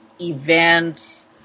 events